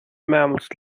mammals